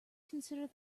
consider